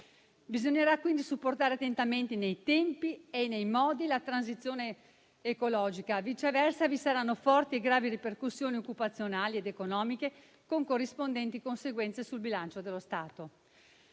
Bisognerà quindi supportare attentamente nei tempi e nei modi la transizione ecologica; viceversa, vi saranno forti e gravi ripercussioni occupazionali ed economiche con corrispondenti conseguenze sul bilancio dello Stato.